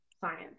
science